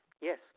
Yes